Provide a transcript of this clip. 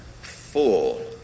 full